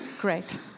Great